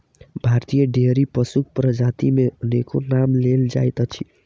भारतीय डेयरी पशुक प्रजाति मे अनेको नाम लेल जाइत अछि